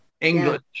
English